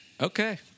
Okay